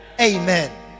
Amen